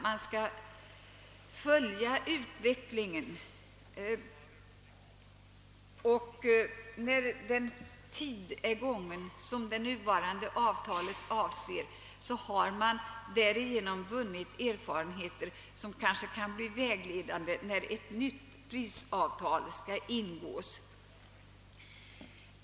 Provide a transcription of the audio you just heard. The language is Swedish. Vi skall följa utvecklingen, och när tiden för det nuvarande avtalet gått ut bör vi ha vunnit erfarenheter som kan vara vägledande när ett nytt prisavtal skall ingås.